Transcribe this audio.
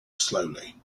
slowly